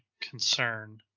concern